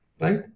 right